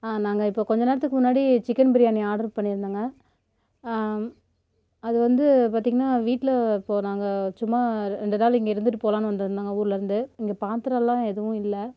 ஆ நாங்கள் இப்போ கொஞ்ச நேரத்துக்கு முன்னாடி சிக்கன் பிரியாணி ஆடர் பண்ணிருந்தங்க அது வந்து பார்த்தீங்கன்னா வீட்டில் இப்போது நாங்கள் சும்மா ரெண்டு நாள் இங்கே இருந்துட்டு போகலான்னு வந்துருந்தோங்க ஊரில் இருந்து இங்கே பாத்ரோதிலாம் எதுவும் இல்லை